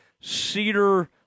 Cedar